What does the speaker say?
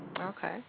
Okay